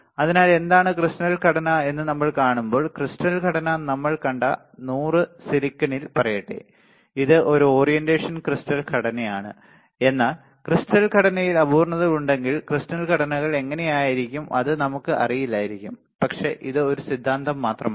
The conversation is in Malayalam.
അതിനാൽ എന്താണ് ക്രിസ്റ്റൽ ഘടന എന്ന് നമ്മൾ കാണുമ്പോൾ ക്രിസ്റ്റൽ ഘടന നമ്മൾ കണ്ട 100 സിലിക്കണിൽ പറയട്ടെ ഇത് ഒരു ഓറിയന്റേഷൻ ക്രിസ്റ്റലിൻ ഘടനയാണ് എന്നാൽ ക്രിസ്റ്റൽ ഘടനയിൽ അപൂർണതകൾ ഉണ്ടെങ്കിൽ ക്രിസ്റ്റൽ ഘടനകൾ എങ്ങനെ ആയിരിക്കും അത് നമുക്ക് അറിയില്ലായിരിക്കാം പക്ഷേ ഇത് ഒരു സിദ്ധാന്തം മാത്രമാണ്